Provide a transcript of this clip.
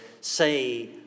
say